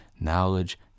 knowledge